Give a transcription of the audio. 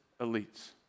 elites